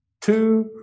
two